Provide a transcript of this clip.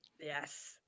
Yes